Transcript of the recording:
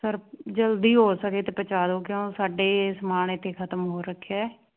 sir ਜਲਦੀ ਹੋ ਸਕੇ ਤੇ ਪਹੁੰਚਾ ਦਿਓ ਕਿਉਂ ਸਾਡੇ ਸਮਾਨ ਇੱਥੇ ਖ਼ਤਮ ਹੋ ਰੱਖਿਆ